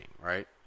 right